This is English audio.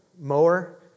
mower